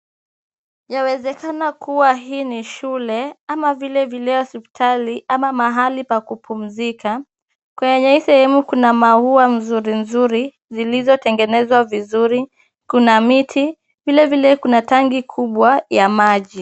Yawezekana kuwa hii ni shule ama vilevile hospitali ama mahali pa kupumzika. Kwenye hii sehemu kuna maua nzuri nzuri zilizotengenezwa vizuri, kuna miti, vilevile kuna tanki kubwa ya maji.